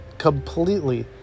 Completely